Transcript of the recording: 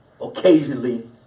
occasionally